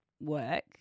work